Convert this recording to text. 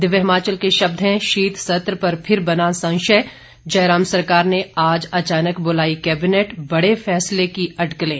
दिव्य हिमाचल के शब्द हैं शीत सत्र पर फिर बना संशय जयराम सरकार ने आज अचानक बुलाई कैबिनेट बड़े फैसले की अटकलें